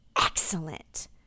excellent